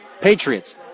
Patriots